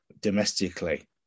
domestically